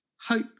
hope